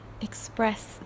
express